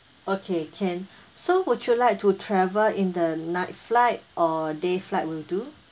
okay can so would you like to travel in the night flight or day flight will do